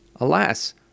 Alas